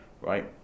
right